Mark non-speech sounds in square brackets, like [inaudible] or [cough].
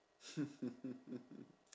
[laughs]